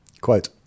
Quote